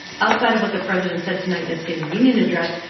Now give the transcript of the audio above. outside of what the president said tonight in the state of the union address,